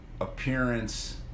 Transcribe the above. appearance